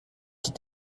die